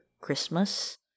Christmas